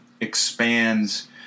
expands